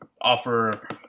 offer